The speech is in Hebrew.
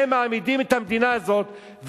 הם מעמידים את המדינה הזאת,